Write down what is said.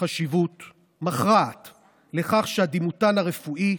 חשיבות מכרעת לכך שהדימותן הרפואי,